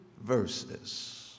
verses